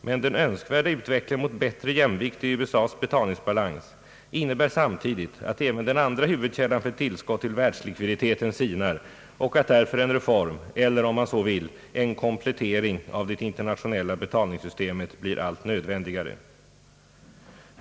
Men den önskvärda utvecklingen mot bättre jämvikt i USA:s betalningsbalans innebär samtidigt att även den andra huvudkällan för tillskott till världslikviditeten sinar och att därför en reform eller, om man så vill, en komplettering av det internationella betalningssystemet blir allt nödvändigare.